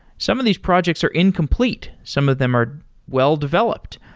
some of these projects are incomplete. some of them are well-developed,